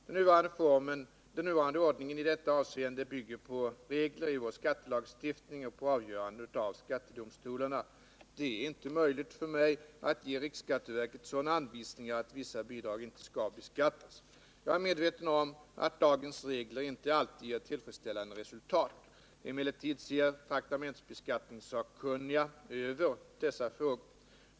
Den nuvarande ordningen i detta avseende bygger på regler i vår skattelagstiftning och på avgöranden av skattedomstolarna. Det är inte möjligt för mig att ge riksskatteverket sådana anvisningar att vissa bidrag inte skall beskattas. Jag är medveten om att dagens regler inte alltid ger tillfredsställande resultat. Emellertid ser traktamentsbeskattningssakkunniga över dessa frågor.